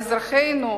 על אזרחינו,